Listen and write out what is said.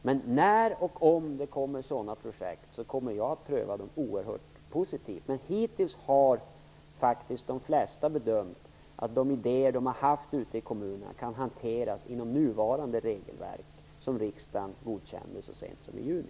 Men när och om det kommer sådana projekt, kommer jag att pröva dem oerhört positivt. Hittills har de flesta bedömt att de idéer som de har haft ute i kommunerna kunnat hanteras inom nuvarande regelverk, som riksdagen godkände så sent som i juni.